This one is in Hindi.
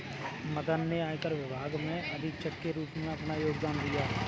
मदन ने आयकर विभाग में अधीक्षक के रूप में अपना योगदान दिया